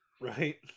Right